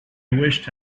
wished